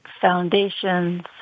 foundations